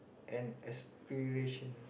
and aspiration